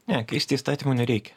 ne keisti įstatymų nereikia